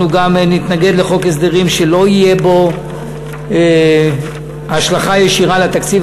אנחנו גם נתנגד לחוק הסדרים שלא תהיה בו השלכה ישירה לתקציב